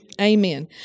Amen